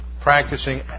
practicing